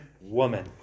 woman